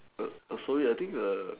sorry I think a